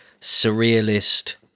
surrealist